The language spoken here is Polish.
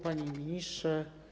Panie Ministrze!